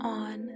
on